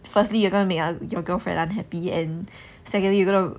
firstly you gonna make your girlfriend unhappy and secondly you gonna